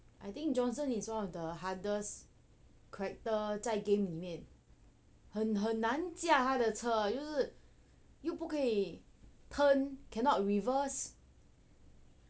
I think johnson is one of the hardest character 在 game 里面很很难驾他的车又是又不可以 turn cannot reverse